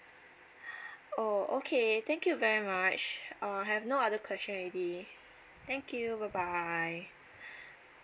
oh okay thank you very much uh I have no other question already thank you bye bye